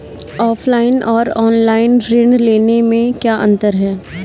Offline और online ऋण लेने में क्या अंतर है?